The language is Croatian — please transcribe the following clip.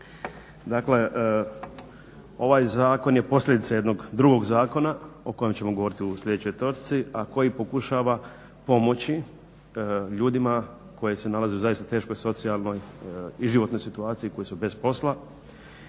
Dakle, ovaj zakon je posljedica jednog drugog zakona o kojem ćemo govoriti u sljedećoj točci, a koji pokušava pomoći ljudima koji se nalaze u zaista teškoj socijalnoj i životnoj situaciji, koji su bez posla